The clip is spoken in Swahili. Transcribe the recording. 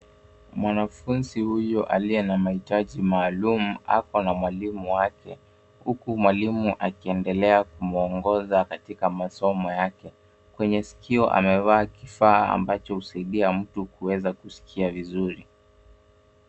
Mwanafunzi huyu aliye na maitaji maalum ako na mwalimu wake huku mwalimu akiendelea kumuongoza katika masomo yake. Kwenye sikio amevaa kifaa ambacho husaidia mtu kuweza kusikia vizuri.